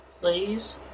please